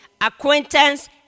acquaintance